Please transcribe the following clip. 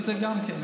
אני מטפל בזה גם כן,